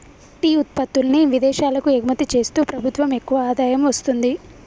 tea ఉత్పత్తుల్ని విదేశాలకు ఎగుమతి చేస్తూ ప్రభుత్వం ఎక్కువ ఆదాయం వస్తుంది